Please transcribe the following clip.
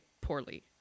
poorly